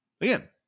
Again